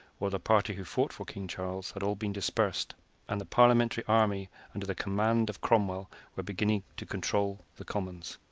or the party who fought for king charles, had all been dispersed and the parliamentary army under the command of cromwell were beginning to control the commons.